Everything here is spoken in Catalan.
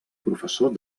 professor